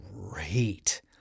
great